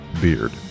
Beard